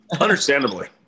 understandably